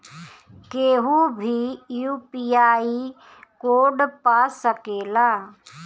केहू भी UPI code पा सकेला?